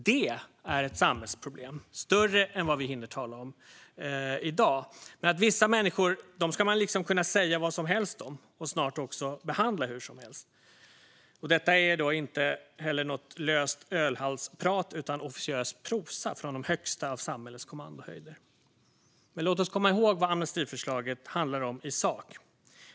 Det är ett samhällsproblem som är större än vad vi hinner tala om i dag. Vissa människor ska man liksom kunna säga vad som helst om, och snart också behandla hur som helst. Detta är heller inte är något löst ölhallsprat utan officiös prosa från de högsta av samhällets kommandohöjder. Men låt oss komma ihåg vad amnestiförslaget handlar om i sak.